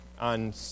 on